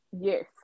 Yes